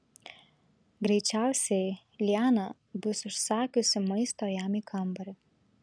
greičiausiai liana bus užsakiusi maisto jam į kambarį